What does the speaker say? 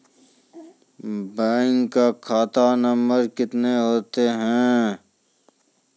Bank का खाता number कितने होते हैं?